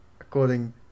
according